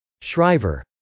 Shriver